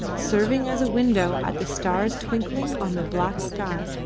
serving as a window at the stars twinkling on the black sky